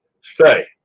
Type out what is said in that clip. Stay